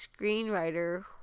screenwriter